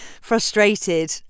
frustrated